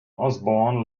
osborn